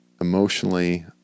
emotionally